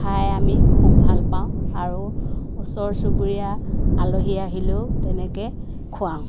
খাই আমি খুব ভালপাওঁ আৰু ওচৰ চুবুৰীয়া আলহী আহিলেও তেনেকৈ খোৱাওঁ